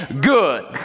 good